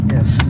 Yes